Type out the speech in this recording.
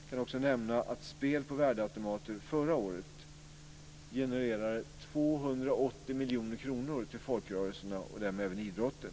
Jag kan också nämna att spel på värdeautomater förra året genererade 280 miljoner kronor till folkrörelserna och därmed även idrotten.